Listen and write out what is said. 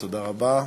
תודה רבה לך.